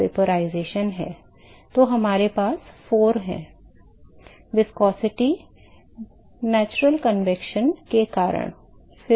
चिपचिपाहट प्राकृतिक संवहन प्रक्रिया के कारण फिर